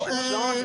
לא.